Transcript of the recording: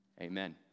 amen